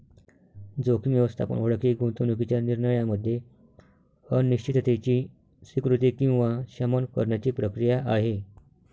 जोखीम व्यवस्थापन ओळख ही गुंतवणूकीच्या निर्णयामध्ये अनिश्चिततेची स्वीकृती किंवा शमन करण्याची प्रक्रिया आहे